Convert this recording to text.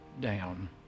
down